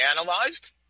analyzed